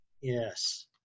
Yes